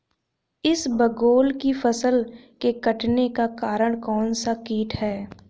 इसबगोल की फसल के कटने का कारण कौनसा कीट है?